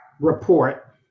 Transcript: report